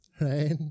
right